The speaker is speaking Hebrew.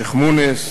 שיח'-מוניס,